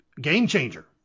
game-changer